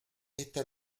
esta